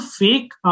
fake